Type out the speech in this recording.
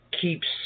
keeps